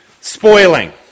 spoiling